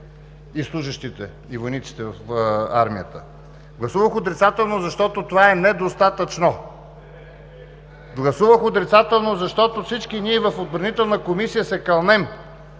служещите и войниците в армията. Гласувах отрицателно, защото това е недостатъчно. Гласувах отрицателно, защото всички ние и в Отбранителната комисия се кълнем,